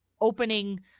opening